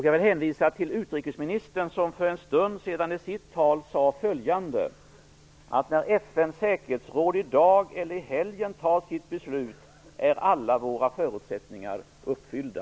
Jag vill hänvisa till utrikesministern, som för en stund sedan i sitt tal sade, att när FN:s säkerhetsråd i dag eller i helgen fattar sitt beslut är alla våra förutsättningar uppfyllda.